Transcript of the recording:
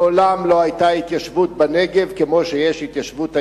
מעולם לא היתה התיישבות בנגב כמו שיש התיישבות היום,